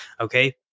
Okay